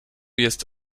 jest